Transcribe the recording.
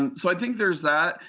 and so i think there's that.